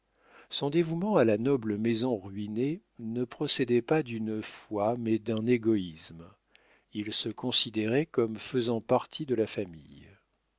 son dévouement à la noble maison ruinée ne procédait pas d'une foi mais d'un égoïsme il se considérait comme faisant partie de la famille